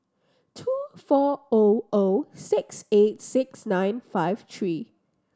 two four O O six eight six nine five three